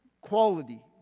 quality